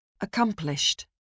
Accomplished